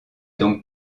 donc